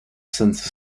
sense